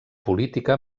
política